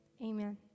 amen